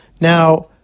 Now